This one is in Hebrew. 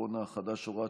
224 והוראת שעה),